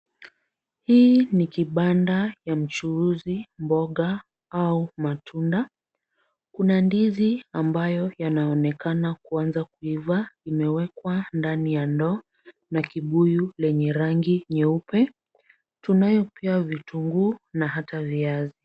Hii ni kibanda ya mchuuzi, mboga au matunda. Kuna ndizi ambayo yanaonekana kuanza kuiva, imewekwa ndani kwa ndoo na kibuyu lenye rangi nyeupe. Tunayo pia vitunguu na hata viazi.